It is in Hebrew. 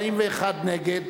41 נגד,